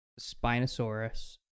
Spinosaurus